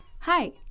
Hi